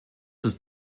ist